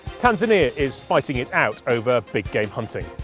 tanzania is fighting it out over big-game hunting.